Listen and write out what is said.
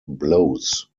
blows